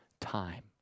time